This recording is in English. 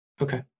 Okay